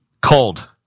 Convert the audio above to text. cold